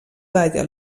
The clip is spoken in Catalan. talla